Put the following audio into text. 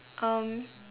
um